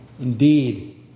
Indeed